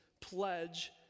pledge